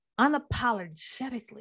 unapologetically